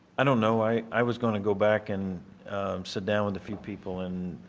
i don't know. i i was going to go back and sit down with the few people and